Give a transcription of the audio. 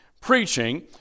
preaching